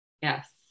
Yes